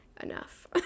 Enough